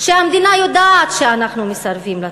שהמדינה יודעת שאנחנו מסרבים לתוכנית,